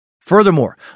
Furthermore